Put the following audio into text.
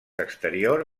exterior